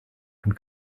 von